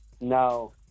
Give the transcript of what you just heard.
No